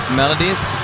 melodies